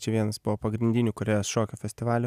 čia viens buvo pagrindinių korėjos šokio festivalių